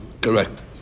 Correct